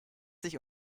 sich